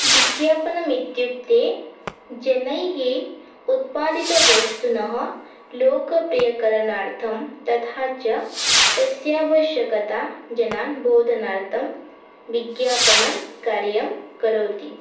विज्ञापनम् इत्युक्ते जनैः उत्पादितवस्तुनः लोकप्रियकरणार्थं तथा च तस्यावश्यकतां जनान् बोधनार्थं विज्ञापनं कार्यं करोति